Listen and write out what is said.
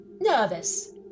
nervous